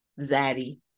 zaddy